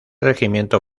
regimiento